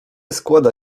składa